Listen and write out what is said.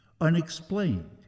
unexplained